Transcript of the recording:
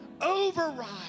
Override